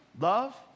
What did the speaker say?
love